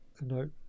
no